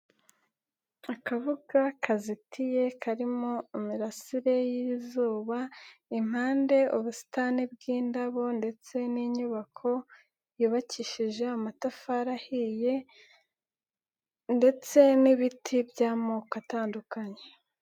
Akabuga kazizitiye karimo imirasire y'izuba, impande ubusitani bw'indabo ndetse n'inyubako yubakishije amatafari ahiye ndetse n'ibiti by'amoko atandukanye.